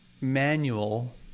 manual